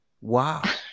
Wow